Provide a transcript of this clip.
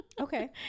Okay